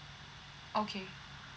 okay